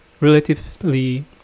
relatively